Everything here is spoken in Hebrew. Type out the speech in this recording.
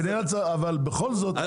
אבל בכל זאת,